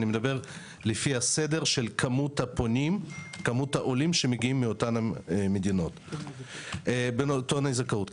לפי הסדר של כמות העולים שמגיעים מאותן מדינות וטועני זכאות.